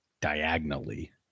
diagonally